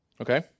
Okay